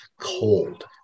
cold